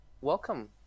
welcome